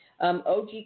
OG